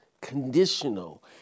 conditional